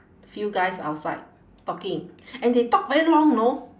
few guys outside talking and they talk very long know